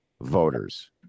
voters